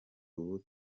ubu